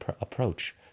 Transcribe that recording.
approach